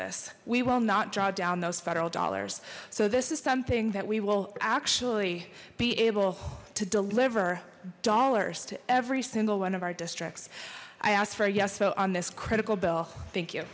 will not draw down those federal dollars so this is something that we will actually be able to deliver dollars to every single one of our districts i asked for a yes vote on this critical bill thank you